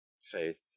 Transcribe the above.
faith